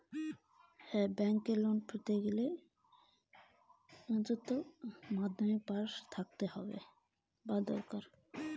Bank loan পেতে কি কোনো শিক্ষা গত যোগ্য দরকার?